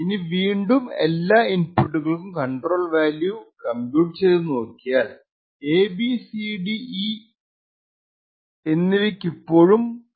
ഇനി വീണ്ടും എല്ലാ ഇന്പുട്കൾക്കും കണ്ട്രോൾ വാല്യൂ കമ്പ്യൂട് ചെയ്തു നോക്കിയാൽ എബിസിഡി എന്നിവക്കിപ്പോളും 0